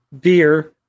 beer